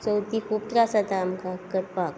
चवथीक खूब त्रास जाता आमकां करपाक